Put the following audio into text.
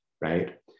Right